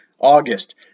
August